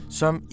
som